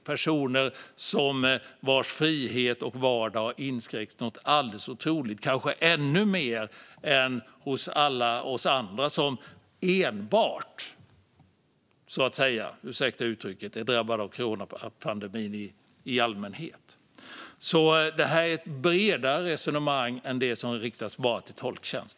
Det handlar om personer vars frihet och vardag har inskränkts något alldeles otroligt - kanske ännu mer än för alla oss andra som så att säga enbart, ursäkta uttrycket, är drabbade av coronapandemin i allmänhet. Det här är ett bredare resonemang än att bara handla om det stöd som riktas till tolktjänst.